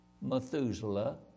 Methuselah